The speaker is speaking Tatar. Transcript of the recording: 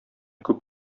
күп